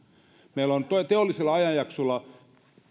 meillä on teollisella ajanjaksolla